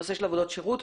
הנושא של עבודות שירות,